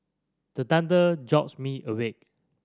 the thunder jolt me awake